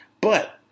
But-